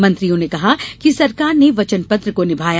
मंत्रियों ने कहा कि सरकार ने वचन पत्र को निभाया